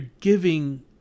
giving